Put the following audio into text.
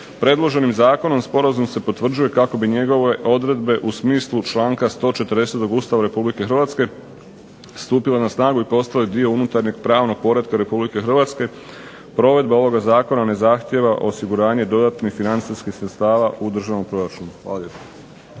Predloženim zakonom sporazum se potvrđuje kako bi njegove odredbe u smislu članka 140. Ustava Republike Hrvatske stupile na snagu i postale dio unutarnjeg pravnog poretka Republike Hrvatske. Provedba ovoga zakona ne zahtijeva osiguranje dodatnih financijskih sredstava u državnom proračunu. Hvala lijepa.